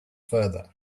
further